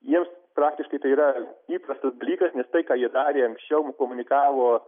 jiems praktiškai tai yra įprastas dalykas nes tai ką jie darė anksčiau komunikavo